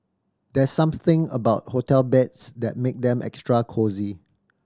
there's something about hotel beds that make them extra cosy